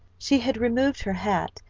she had removed her hat,